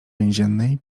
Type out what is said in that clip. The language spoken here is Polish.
więziennej